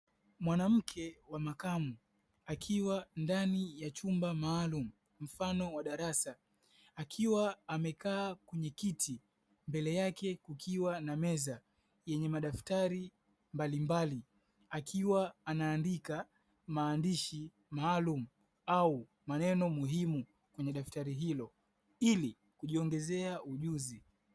Mwanamke wa makamo akiwa ndani ya chumba maalumu mfano wa darasa, akiwa amekaa kwenye kiti mbele yake kukiwa na meza yenye madaftari mbalimbali, akiwa anaandika maandishi maalumu au maneno muhimu kwenye daftari hilo ili kujiongezea ujuzi.